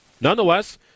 Nonetheless